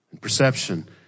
Perception